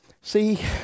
See